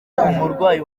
umurwayi